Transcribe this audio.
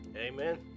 Amen